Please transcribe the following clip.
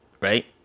right